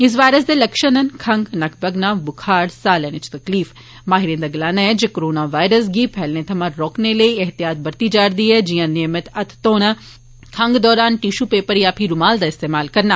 इस वायरस दे लक्खन न खंग नक्क बगना ब्खार साह इच तकलीफ माहिरें दा गलाना ऐ जे कोरोना वायरस गी फैसले सोयां रोकने लेई एततियात बरती जाई सकदी ऐ जिया नियमित हत्थ घौना खंग दौरान टीशू पेपर या फीह रूमाल दा इस्तेमाल करना